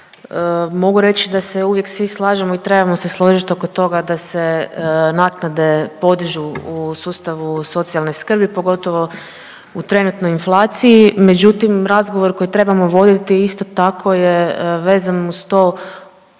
mogu reći da se uvijek svi slažemo i trebamo se složiti oko toga da se naknade podižu u sustavu socijalne skrbi pogotovo u trenutnoj inflaciji, međutim razgovor koji trebamo voditi isto tako je vezan uz to